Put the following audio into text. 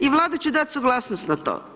I valjda će dati suglasnost na to.